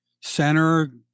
center